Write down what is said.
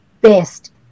best